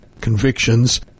convictions